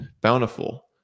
bountiful